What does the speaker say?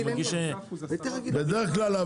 בדרך כלל,